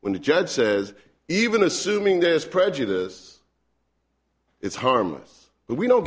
when the judge says even assuming there's prejudice it's harmless but we don't